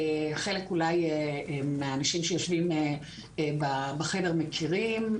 ואולי חלק מהאנשים שיושבים בחדר מכירים,